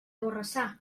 borrassà